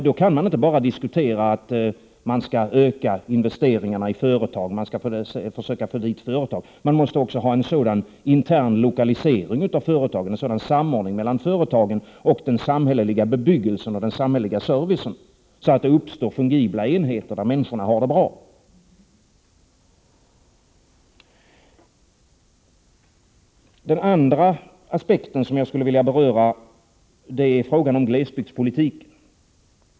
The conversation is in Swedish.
Då kan man inte bara diskutera möjligheterna att förmå företagen att öka investeringarna och att få företag att etablera sig inom ett område, utan då måste man också ha en sådan intern lokalisering av företagen och en sådan samordning mellan företagen och den samhälleliga bebyggelsen och servicen att det uppstår fungibla enheter där människorna har det bra. Den andra aspekten som jag skulle vilja beröra är frågan om glesbygdspolitiken.